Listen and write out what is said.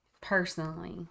personally